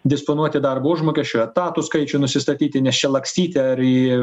disponuoti darbo užmokesčiu etatų skaičių nusistatyti nes čia lakstyti ar į